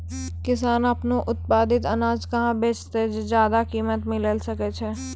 किसान आपनो उत्पादित अनाज कहाँ बेचतै जे ज्यादा कीमत मिलैल सकै छै?